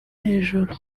hejuru